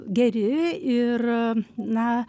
geri ir na